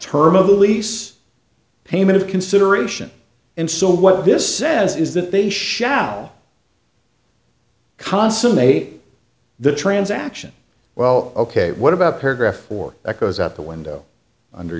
term of the lease payment of consideration and so what this says is that they shall consummate the transaction well ok what about paragraph four that goes out the window under